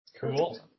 Cool